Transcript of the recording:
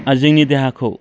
जोंनि देहाखौ